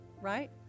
right